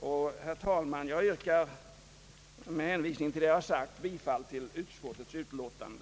Herr talman! Med hänvisning till vad jag här har sagt yrkar jag bifall till utskottets utlåtande.